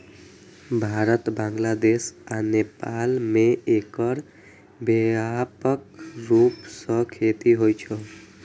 भारत, बांग्लादेश आ नेपाल मे एकर व्यापक रूप सं खेती होइ छै